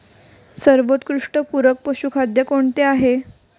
सर्वोत्कृष्ट पूरक पशुखाद्य कोणते आहे?